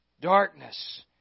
Darkness